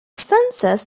census